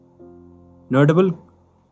Notable